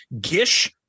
Gish